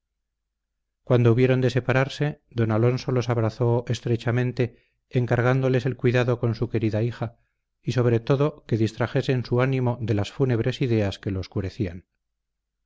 cuando hubieron de separarse don alonso los abrazó estrechamente encargándoles el cuidado con su hija querida y sobre todo que distrajesen su ánimo de las fúnebres ideas que lo oscurecían